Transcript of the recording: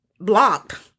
block